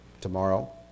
tomorrow